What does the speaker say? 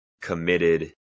committed